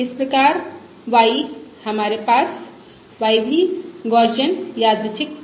इस प्रकार y हमारे पास y भी गौसियन यादृच्छिक चर है